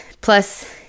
plus